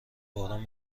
باران